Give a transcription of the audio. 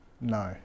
no